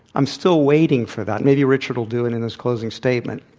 i'm still waiting for that. maybe richard will do it in his closing statement.